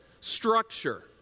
structure